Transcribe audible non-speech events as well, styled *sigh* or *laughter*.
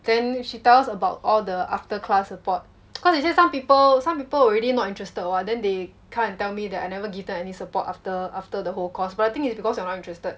then she tell us about all the after class support *noise* cause she say just some people some people will really not interested [one] then they come and tell me that I never give them any support after after the whole course but the thing is because you're not interested